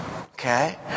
Okay